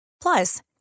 Plus